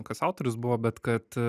kas autorius buvo bet kad